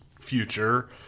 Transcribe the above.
future